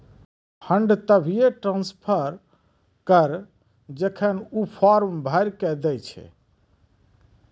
fund तभिये transfer करऽ जेखन ऊ फॉर्म भरऽ के दै छै